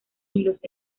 hilos